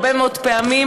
התרופתי הרבה מאוד פעמים,